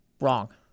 wrong